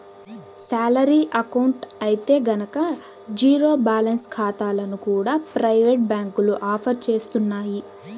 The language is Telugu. శాలరీ అకౌంట్ అయితే గనక జీరో బ్యాలెన్స్ ఖాతాలను కూడా ప్రైవేటు బ్యాంకులు ఆఫర్ చేస్తున్నాయి